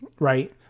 Right